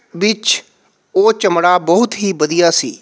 ਵਿਚ ਉਹ ਚਮੜਾ ਬਹੁਤ ਹੀ ਵਧੀਆ ਸੀ